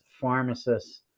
pharmacists